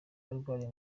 arwariye